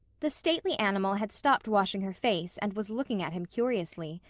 the stately animal had stopped washing her face and was looking at him curiously.